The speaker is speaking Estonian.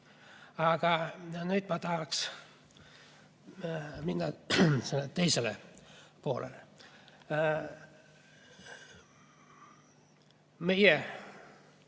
Aga nüüd ma tahaks minna teisele poolele. Meie